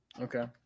Okay